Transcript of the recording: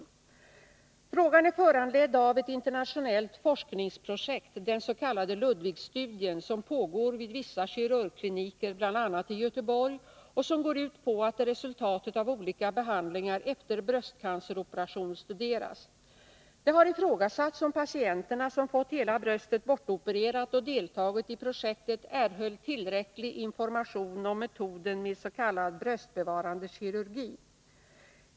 Frågan är föranledd av ett internationellt forskningsprojekt, den s.k. Ludwigstudien, som pågår vid vissa kirurgkliniker bl.a. i Göteborg och som går ut på att resultatet av olika behandlingar efter bröstcanceroperation studeras. Det har ifrågasatts om patienterna, som fått hela bröstet bortopererat och deltagit i projektet, erhöll tillräcklig information om metoden med s.k. bröstbevarande kirurgi.